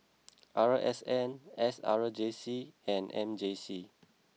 R S N S R J C and M J C